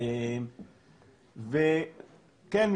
כן,